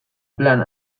plan